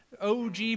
OG